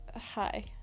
Hi